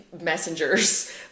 messengers